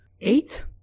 eight